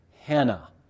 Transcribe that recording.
Hannah